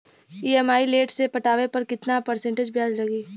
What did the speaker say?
EMI late से पटावे पर कितना परसेंट ब्याज लगी?